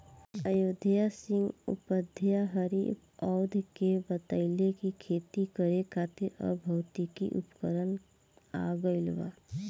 अयोध्या सिंह उपाध्याय हरिऔध के बतइले कि खेती करे खातिर अब भौतिक उपकरण आ गइल बा